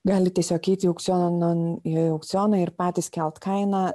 gali tiesiog eiti į aukcioną nu į aukcioną ir patys kelt kainą